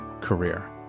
career